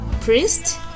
priest